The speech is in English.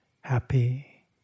happy